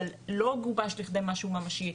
אבל לא גובש לכדי משהו ממשי,